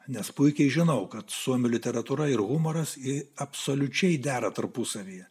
nes puikiai žinau kad suomių literatūra ir humoras ji absoliučiai dera tarpusavyje